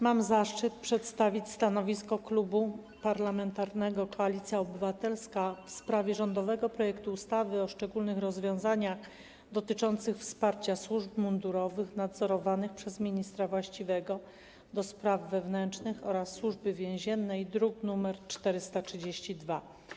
Mam zaszczyt przedstawić stanowisko Klubu Parlamentarnego Koalicja Obywatelska w sprawie rządowego projektu ustawy o szczególnych rozwiązaniach dotyczących wsparcia służb mundurowych nadzorowanych przez ministra właściwego do spraw wewnętrznych oraz Służby Więziennej, druk nr 432.